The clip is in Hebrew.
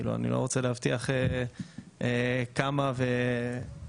אני לא רוצה להבטיח כמה ומתי.